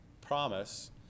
promise